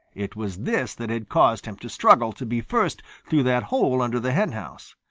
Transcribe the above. it was this that had caused him to struggle to be first through that hole under the henhouse.